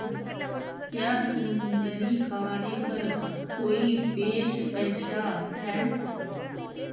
क्या समुंदरी खाने पर कोई पेशकशां हैन